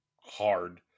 hard